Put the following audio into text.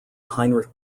heinrich